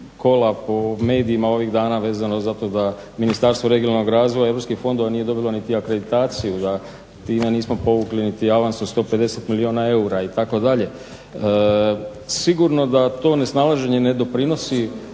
kola po medijima ovih dana vezano za to da Ministarstvo regionalnog razvoja i europskih fondova nije dobilo ni akreditaciju, da time nismo povukli niti avans od 150 milijuna eura, itd. Sigurno da to nesnalaženje ne doprinosi